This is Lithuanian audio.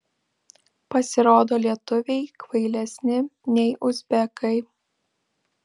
pasirodo lietuviai kvailesni nei uzbekai